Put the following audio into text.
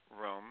room